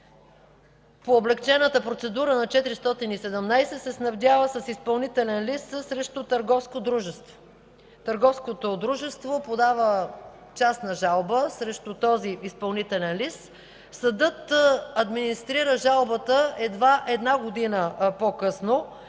по облекчената процедура на чл. 417 се снабдява с изпълнителен лист срещу търговско дружество. Търговското дружество подава частна жалба срещу този изпълнителен лист. Съдът администрира жалбата едва една година по-късно